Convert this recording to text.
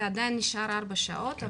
זה עדיין נשאר 4 שעות,